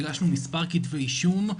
הגשנו מספר כתבי אישום,